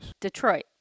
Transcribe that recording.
Detroit